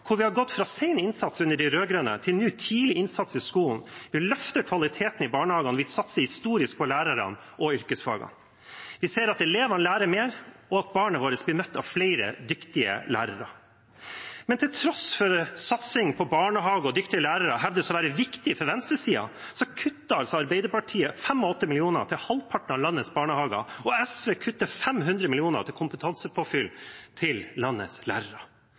hvor vi har gått fra sen innsats under de rød-grønne til tidlig innsats i skolen. Vi har løftet kvaliteten i barnehagene, og vi satser historisk på lærerne og yrkesfagene. Vi ser at elevene lærer mer, og at barna våre blir møtt av flere dyktige lærere. Til tross for at det fra venstresiden hevdes at satsing på barnehager og dyktige lærer er viktig, kutter Arbeiderpartiet 85 mill. kr til halvparten av landets barnehager, og SV kutter 500 mill. kr til kompetansepåfyll til landets lærere.